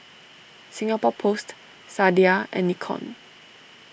Singapore Post Sadia and Nikon